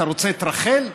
אתה רוצה את רחל?